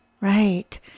right